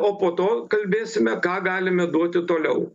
o po to kalbėsime ką galime duoti toliau